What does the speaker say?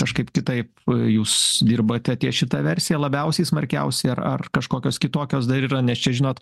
kažkaip kitaip jūs dirbate ties šita versija labiausiai smarkiausiai ar ar kažkokios kitokios dar yra nes čia žinot